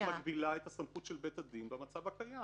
כי את מגבילה את הסמכות של בית הדין במצב הקיים.